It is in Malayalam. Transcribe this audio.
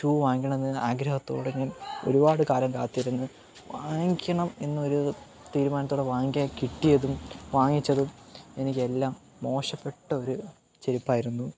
ഷൂ വാങ്ങിക്കണമെന്ന ആഗ്രഹത്തോടെ ഞാൻ ഒരുപാട് കാലം കാത്തിരുന്ന് വാങ്ങിക്കണം എന്നൊരു തീരുമാനത്തോടെ വാങ്ങിക്കാൻ കിട്ടിയതും വാങ്ങിച്ചതും എനിക്കെല്ലാം മോശപ്പെട്ട ഒരു ചെരിപ്പായിരുന്നു